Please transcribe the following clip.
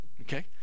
okay